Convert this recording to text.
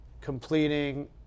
completing